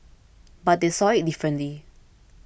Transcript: but they saw it differently